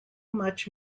much